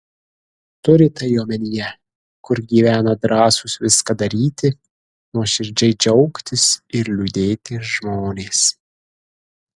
turi tai omenyje kur gyvena drąsūs viską daryti nuoširdžiai džiaugtis ir liūdėti žmonės